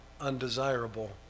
undesirable